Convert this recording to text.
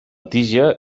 tija